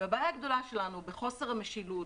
והבעיה הגדולה שלנו בחוסר המשילות,